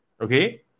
Okay